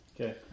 Okay